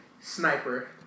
sniper